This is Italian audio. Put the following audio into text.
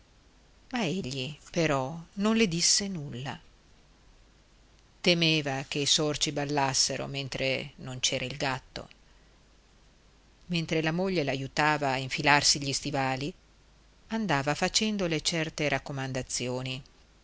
egli però non le disse nulla temeva che i sorci ballassero mentre non c'era il gatto mentre la moglie l'aiutava a infilarsi gli stivali andava facendole certe raccomandazioni